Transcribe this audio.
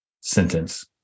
sentence